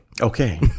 okay